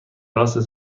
راست